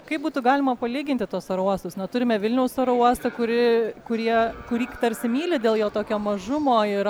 kaip būtų galima palyginti tuos oro uostus na turime vilniaus oro uostą kuri kurie kurį tarsi myli dėl jo tokio mažumo ir